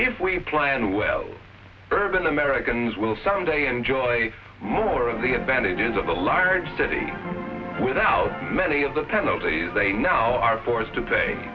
if we plan well urban americans will someday enjoy more of the advantages of a large city without many of the penalties they now are forced to pay